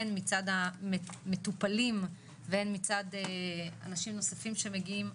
הן מצד המטופלים והן מצד אנשים נוספים שמגיעים,